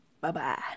Bye-bye